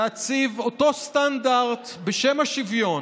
להציב אותו סטנדרט, בשם השוויון,